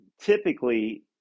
Typically